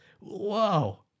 Wow